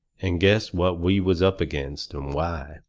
and guessed what we was up against, and why.